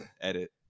Edit